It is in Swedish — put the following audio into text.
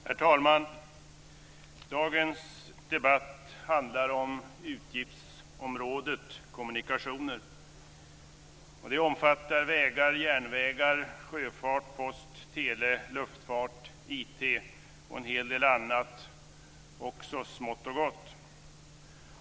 Herr talman! Dagens debatt handlar om utgiftsområdet kommunikationer. Det omfattar vägar, järnvägar, sjöfart, post, tele, luftfart, IT och en hel del annat smått och gott.